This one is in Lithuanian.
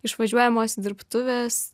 išvažiuojamos dirbtuvės